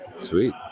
Sweet